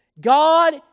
God